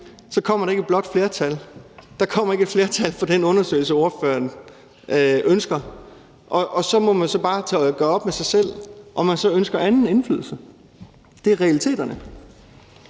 kommer der ikke et blåt flertal. Der kommer ikke et flertal for den undersøgelse, spørgeren ønsker. Og så må man bare gøre op med sig selv, om man så ønsker anden indflydelse. Det er realiteterne.